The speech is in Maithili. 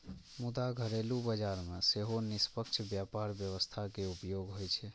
मुदा घरेलू बाजार मे सेहो निष्पक्ष व्यापार व्यवस्था के उपयोग होइ छै